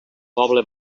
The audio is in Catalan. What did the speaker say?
poble